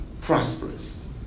prosperous